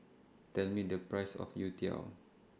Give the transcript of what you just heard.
Tell Me The Price of Youtiao